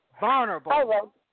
vulnerable